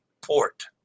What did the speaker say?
port